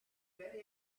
very